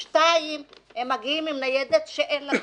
2. הם מגיעים עם ניידת שאין לה כריזה.